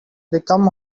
become